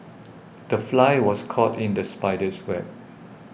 the fly was caught in the spider's web